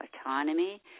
autonomy